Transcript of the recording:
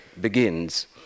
begins